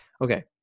Okay